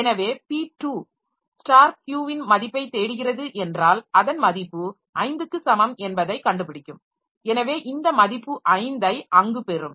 எனவே p2 q இன் மதிப்பை தேடுகிறது என்றால் அதன் மதிப்பு 5 க்கு சமம் என்பதைக் கண்டுபிடிக்கும் எனவே இந்த மதிப்பு 5 ஐ அங்கு பெறும்